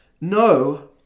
No